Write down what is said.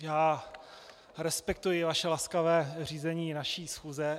Já respektuji vaše laskavé řízení naší dnešní schůze.